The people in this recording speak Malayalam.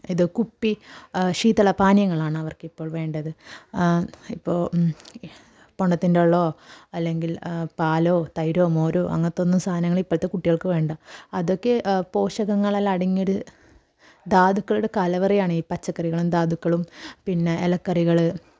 ഇത് കുപ്പി ശീതളപാനീയങ്ങളാണ് അവർക്കിപ്പോൾ വേണ്ടത് ഇപ്പോൾ വെള്ളമോ അല്ലെങ്കിൽ പാലോ തൈരോ മോരോ അങ്ങനത്തൊന്നും സാധനങ്ങൾ ഇപ്പോഴത്തെ കുട്ടികൾക്ക് വേണ്ട അതൊക്കെ പോഷകങ്ങളെല്ലാം അടങ്ങിയ ഒരു ധാതുക്കളുടെ കലവറയാണ് ഈ പച്ചക്കറികളും ധാതുക്കളും പിന്നെ ഇലക്കറികൾ